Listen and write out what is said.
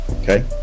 okay